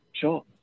Sure